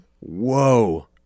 Whoa